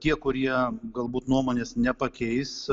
tie kurie galbūt nuomonės nepakeis